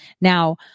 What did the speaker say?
Now